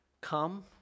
come